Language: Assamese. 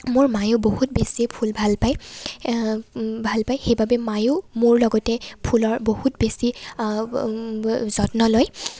মোৰ মায়ে বহুত বেছি ফুল ভাল পায় ভাল পায় সেইবাবে মায়েও মোৰ লগতে ফুলৰ বহুত বেছি যত্ন লয়